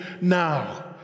now